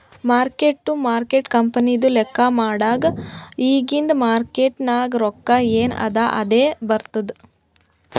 mark to market ಕಂಪನಿದು ಲೆಕ್ಕಾ ಮಾಡಾಗ್ ಇಗಿಂದ್ ಮಾರ್ಕೇಟ್ ನಾಗ್ ರೊಕ್ಕಾ ಎನ್ ಅದಾ ಅದೇ ಬರ್ತುದ್